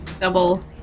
double